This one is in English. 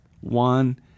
One